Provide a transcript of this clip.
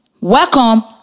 Welcome